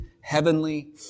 heavenly